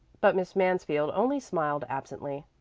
but miss mansfield only smiled absently.